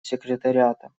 секретариата